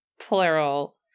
Plural